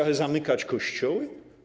Ale zamykać kościoły?